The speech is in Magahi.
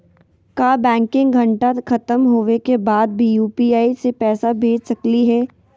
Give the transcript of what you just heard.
का बैंकिंग घंटा खत्म होवे के बाद भी यू.पी.आई से पैसा भेज सकली हे?